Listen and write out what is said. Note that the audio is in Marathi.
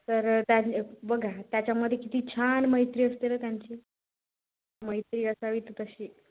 तर त्यान बघा त्याच्यामध्ये किती छान मैत्री असते ना त्यांची मैत्री असावी तर तशी